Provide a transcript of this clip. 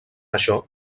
això